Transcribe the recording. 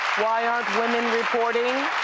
why aren't women reporting